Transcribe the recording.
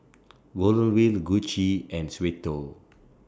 Golden Wheel Gucci and Suavecito